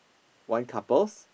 one couple